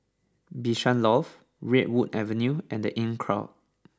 Bishan Loft Redwood Avenue and The Inncrowd